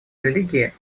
религии